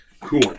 Cool